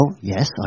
yes